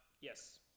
Yes